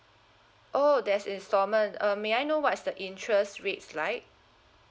oh there's installment um may I know what's the interest rates like